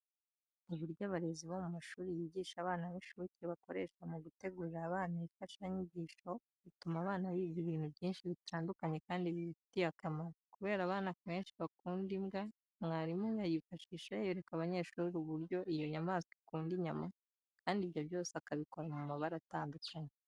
Uburyo abarezi bo mu mashuri yigisha abana b'inshuke bakoresha mu gutegurira aba bana imfashanyigisho, butuma abana biga ibintu byinshi bitandukanye kandi bibafitiye akamaro. Kubera abana benshi bakunda imbwa, mwarimu ayifashisha yereka abanyeshuri uburyo iyo nyamaswa ikunda inyama kandi ibyo byose akabikora mu mabara atandukanye.